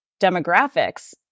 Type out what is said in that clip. demographics